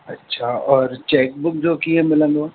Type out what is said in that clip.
अच्छा और cheque book जो कीअं मिलंदो